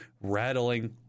rattling